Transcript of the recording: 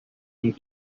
and